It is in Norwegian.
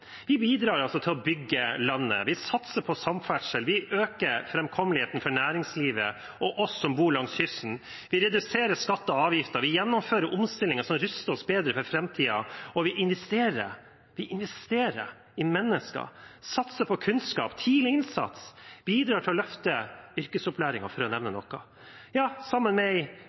Vi bidrar til å bygge landet. Vi satser på samferdsel, vi øker framkommeligheten for næringslivet og for oss som bor langs kysten. Vi reduserer skatter og avgifter, vi gjennomfører omstillinger som ruster oss bedre for framtiden, og vi investerer: Vi investerer i mennesker, satser på kunnskap og tidlig innsats og bidrar til å løfte yrkesopplæringen, for å nevne noe – sammen med